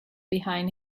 behind